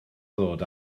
ddod